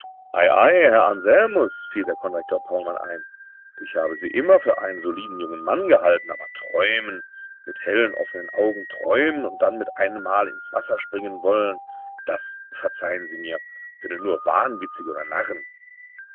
herr anselmus fiel der konrektor paulmann ein ich habe sie immer für einen soliden jungen mann gehalten aber träumen mit hellen offenen augen träumen und dann mit einemmal ins wasser springen wollen das verzeihen sie mir können nur wahnwitzige oder narren